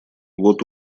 вот